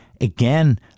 Again